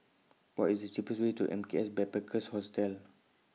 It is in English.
What IS The cheapest Way to M K S Backpackers Hostel